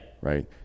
Right